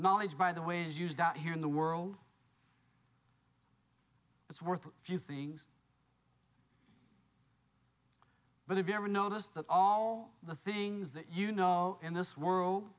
knowledge by the way it is used out here in the world it's worth a few things but if you ever notice that all the things that you know in this world